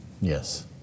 Yes